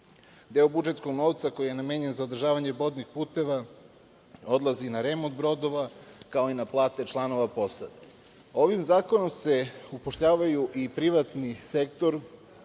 Deo budžetskog novca koji je namenjen za održavanje vodnih puteva odlazi na remont brodova, kao i na plate članova posade. Ovim zakonom se upošljava i privatni sektor